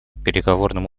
переговорным